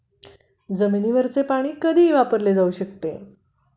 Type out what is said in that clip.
जमिनीवरचे पाणी कधीही वापरले जाऊ शकते